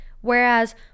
Whereas